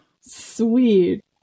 Sweet